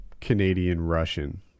Canadian-Russian